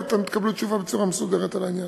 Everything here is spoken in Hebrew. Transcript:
ואתם תקבלו תשובה מסודרת בעניין.